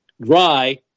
dry